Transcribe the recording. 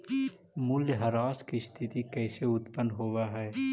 मूल्यह्रास की स्थिती कैसे उत्पन्न होवअ हई?